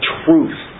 truth